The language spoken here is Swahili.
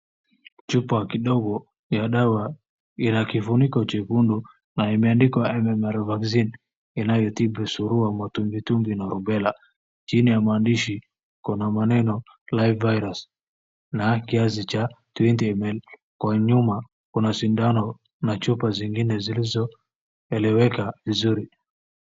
Chupa kidogo ya dawa inakifuniko chekundu na imeandikwa MMR vaccine inayotibu suluha ,matubitubi na umbela chini ya maandishi kuna maneno live virus na kias cha 20ml . Kwa nyuma kuna sindano na chupa zingine zilizo eleweka vizuri.